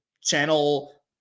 channel